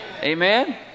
Amen